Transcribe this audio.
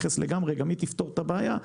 תודה רבה.